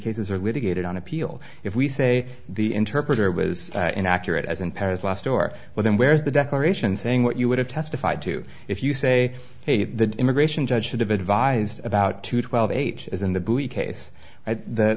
cases are litigated on appeal if we say the interpreter was inaccurate as in paris last or well then where's the declaration saying what you would have testified to if you say hey the immigration judge should have advised about two twelve eight as in the case